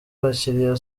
abakiriya